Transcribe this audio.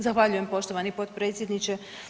Zahvaljujem poštovani potpredsjedniče.